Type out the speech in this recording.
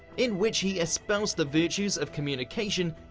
in which he espoused the virtues of communication,